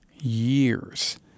years